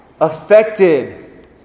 affected